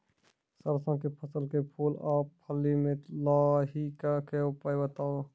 सरसों के फसल के फूल आ फली मे लाहीक के उपाय बताऊ?